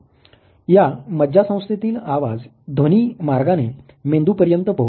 या माज्जासंस्थेतील आवाज ध्वनी मार्गाने मेंदूपर्यंत पोहचतो